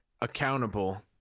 accountable